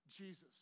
Jesus